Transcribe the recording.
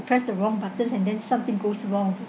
press the wrong buttons and then something goes wrong